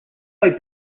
made